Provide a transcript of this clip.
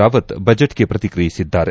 ರಾವತ್ ಬಜೆಟ್ಗೆ ಪ್ರತಿಕ್ರಿಯಿಸಿದ್ದಾರೆ